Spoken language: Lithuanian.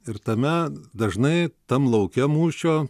ir tame dažnai tam lauke mūšio